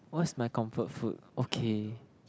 what's my comfort food okay